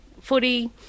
footy